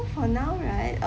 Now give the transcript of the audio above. for now right